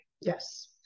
Yes